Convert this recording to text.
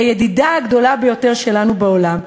הידידה הגדולה ביותר שלנו בעולם,